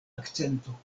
akcento